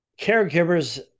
caregivers